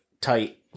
tight